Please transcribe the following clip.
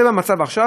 זה המצב עכשיו.